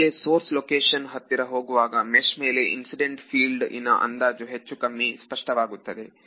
ಹೀಗೆ source location ಹತ್ತಿರ ಹೋಗುವಾಗ ಮೆಷ್ ಮೇಲೆ ಇನ್ಸಿಡೆಂಟ್ ಫೀಲ್ಡ್ ನ ಅಂದಾಜು ಹೆಚ್ಚು ಕಮ್ಮಿ ಸ್ಪಷ್ಟವಾಗುತ್ತದೆ